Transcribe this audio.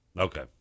Okay